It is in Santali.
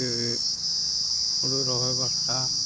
ᱠᱤ ᱦᱩᱲᱩ ᱨᱚᱦᱚᱭ ᱵᱟᱠᱷᱨᱟ